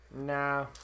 Nah